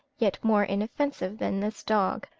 yet more inoffensive, than this dog.